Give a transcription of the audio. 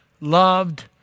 loved